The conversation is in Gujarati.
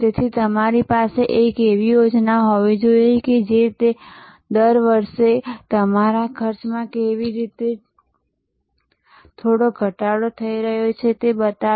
તેથી તમારી પાસે એક એવી યોજના હોવી જોઈએ કે જે વર્ષ દર વર્ષે તમારા ખર્ચમાં કેવી રીતે થોડો ઘટાડો થઈ રહ્યો છે તે બતાવે